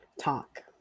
Talk